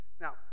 now